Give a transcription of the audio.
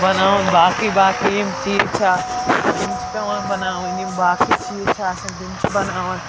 بَناوٕنۍ باقٕے باقٕے یِم چیٖز چھِ آ یِم چھِ پٮ۪وان بَناوٕنۍ یِم باقٕے چیٖز چھِ آسان تِم چھِ بَناوان